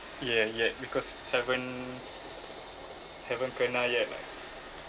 yeah yet because haven't haven't kena yet